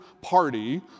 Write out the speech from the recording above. party